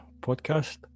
podcast